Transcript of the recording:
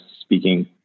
speaking